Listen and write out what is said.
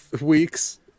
weeks